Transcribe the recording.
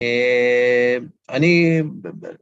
‫אני...